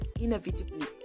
inevitably